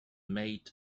made